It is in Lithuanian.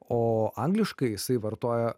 o angliškai jisai vartoja